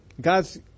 God's